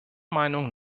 meinung